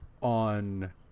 on